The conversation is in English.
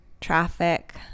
traffic